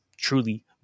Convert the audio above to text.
truly